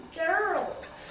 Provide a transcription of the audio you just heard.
girls